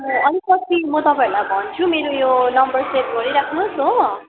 अलिक पछि म तपाईँहरूलाई भन्छु मेरो यो नम्बर सेभ गरिराख्नु होस् हो